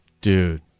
Dude